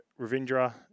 Ravindra